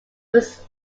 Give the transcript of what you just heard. was